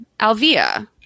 Alvia